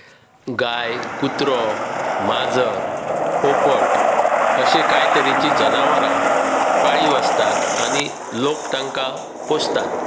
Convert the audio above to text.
गाय कुत्रो माजर पोपट अशे कांय तरेचीं जनावरां पाळीव आसतात आनी लोक तांकां पोसतात